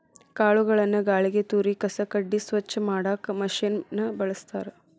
ಕಾಳುಗಳನ್ನ ಗಾಳಿಗೆ ತೂರಿ ಕಸ ಕಡ್ಡಿ ಸ್ವಚ್ಛ ಮಾಡಾಕ್ ಮಷೇನ್ ನ ಬಳಸ್ತಾರ